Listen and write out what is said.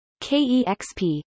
KEXP